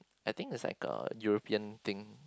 I think its like a European thing